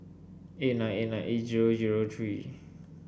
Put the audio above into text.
eight nine eight nine eight zero zero three